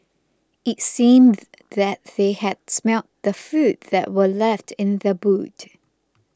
it seemed that they had smelt the food that were left in the boot